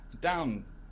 Down